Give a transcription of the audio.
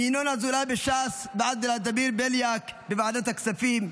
מינון אזולאי בש"ס עד ולדימיר בליאק בוועדת הכספים,